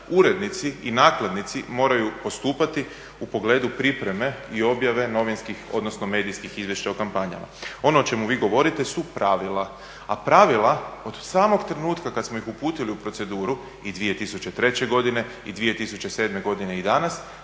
urednici i nakladnici moraju postupati u pogledu pripreme i objave novinskih odnosno medijskih izvješća o kampanjama. Ono o čemu vi govorite su pravila, a pravila od samog trenutka kad smo ih uputili u proceduru i 2003. godine i 2007. godine i danas